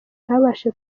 ntabashe